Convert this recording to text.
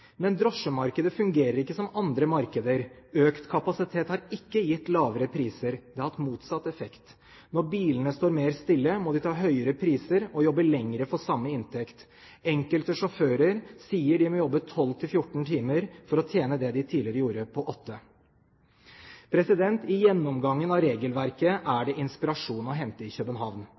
Men drosjemarkedet fungerer ikke som andre markeder, økt kapasitet har ikke gitt lavere priser, det har hatt motsatt effekt. Når bilene står mer stille, må de ta høyere priser og jobbe lenger for samme inntekt. Enkelte sjåfører sier de må jobbe 12–14 timer for å tjene det de tidligere gjorde på 8 timer. I gjennomgangen av regelverket er det inspirasjon å hente i København.